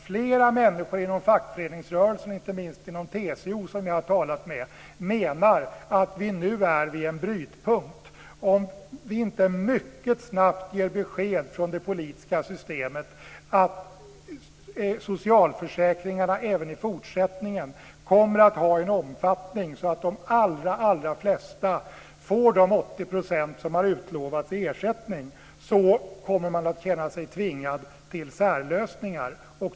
Fler människor inom fackföreningsrörelsen, inte minst de jag har talat med inom TCO, menar att vi nu är vid en brytpunkt. Om vi i det politiska systemet inte mycket snabbt ger besked att socialförsäkringarna även i fortsättningen kommer att ha en omfattning så att de allra flesta får de 80 % som har utlovats i ersättning, kommer de att känna sig tvingade till särlösningar.